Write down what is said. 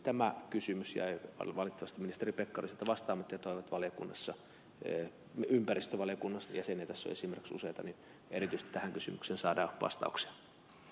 tämä kysymys jäi valitettavasti ministeri pekkariselta vastaamattatunut valiokunnassa ee ympäristövaliokunnastajäsenet asuisimmekin setäni edistää kysymyksen saada vastauksen